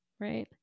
right